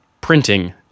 printing